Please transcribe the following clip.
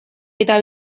eta